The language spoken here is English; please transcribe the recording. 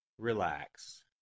Relax